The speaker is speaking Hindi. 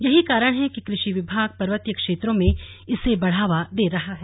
यही कारण है कि कृषि विभाग पर्वतीय क्षेत्रों में इसे बढ़ावा दे रहा है